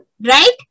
right